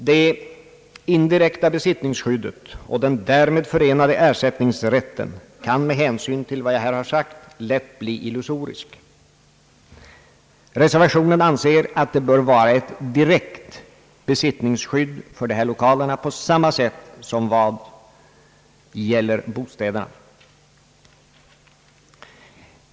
Det indirekta besittningsskyddet och den därmed förenade ersättningsrätten kan med hänsyn till vad jag här sagt lätt bli illusoriska. I reservationen anses att det bör finnas ett direkt besittningsskydd för de här lokalerna på samma sätt som gäl Ang: hyreslagstiftningen ler för bostäderna.